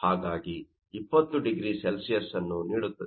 ಹಾಗಾಗಿ 20 0C ನ್ನು ನೀಡುತ್ತದೆ